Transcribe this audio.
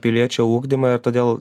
piliečio ugdymą ir todėl